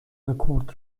رکورد